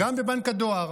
גם בבנק הדואר.